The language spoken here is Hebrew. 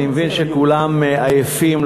אני מבין שכולם עייפים,